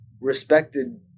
respected